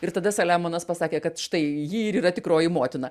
ir tada saliamonas pasakė kad štai ji ir yra tikroji motina